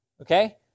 Okay